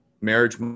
marriage